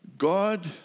God